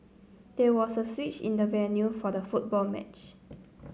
there was a switch in the venue for the football match